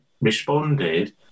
responded